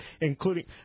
including